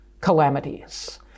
calamities